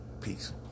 peace